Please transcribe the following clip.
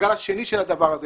המעגל השני של הדבר הזה